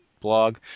blog